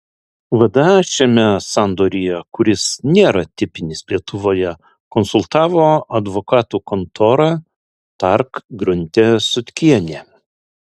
vda šiame sandoryje kuris nėra tipinis lietuvoje konsultavo advokatų kontora tark grunte sutkienė